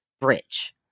Bridge